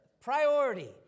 priority